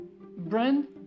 brand